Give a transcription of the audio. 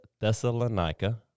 Thessalonica